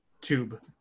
tube